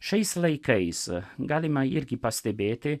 šiais laikais galima irgi pastebėti